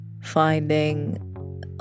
finding